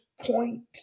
point